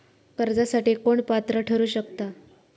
कर्जासाठी कोण पात्र ठरु शकता?